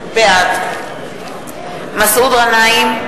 בעד מסעוד גנאים,